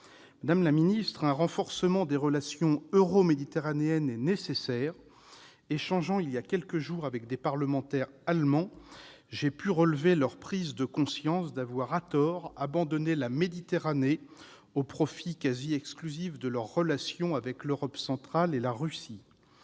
Madame la ministre, un renforcement des relations euro-méditerranéennes est nécessaire. Échangeant il y a quelques jours avec des parlementaires allemands, j'ai pu relever leur prise de conscience d'avoir, à tort, abandonné la Méditerranée au profit quasi exclusif de leur relation avec l'Europe centrale et la Russie.